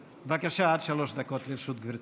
בבקשה, עד שלוש דקות לרשות גברתי.